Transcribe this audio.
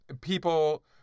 people